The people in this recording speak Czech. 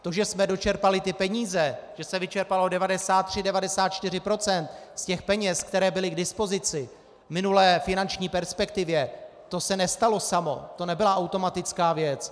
To, že jsme dočerpali ty peníze, že se vyčerpalo 93, 94 % procent z těch peněz, které byly k dispozici v minulé finanční perspektivě, to se nestalo samo, to nebyla automatická věc.